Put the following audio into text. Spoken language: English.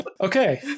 Okay